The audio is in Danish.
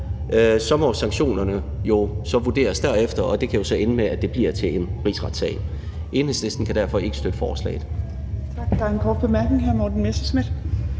så må sanktionerne jo vurderes derefter, og det kan så ende med, at det bliver til en rigsretssag. Enhedslisten kan derfor ikke støtte forslaget. Kl. 14:52 Fjerde næstformand (Trine Torp): Tak.